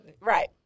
Right